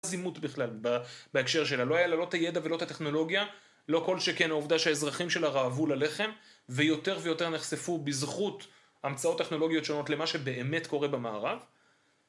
זימות בכלל בהקשר שלה, לא היה לה לא את הידע ולא את הטכנולוגיה, לא כל שכן העובדה שהאזרחים שלה רעבו ללחם, ויותר ויותר נחשפו בזכות המצאות טכנולוגיות שונות למה שבאמת קורה במערב.